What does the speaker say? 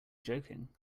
joking